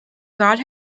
god